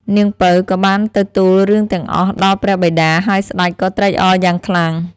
នាងពៅ ក៏បានទៅទូលរឿងទាំងអស់ដល់ព្រះបិតា ហើយស្តេចក៏ត្រេកអរយ៉ាងខ្លាំង ។